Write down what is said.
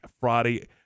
Friday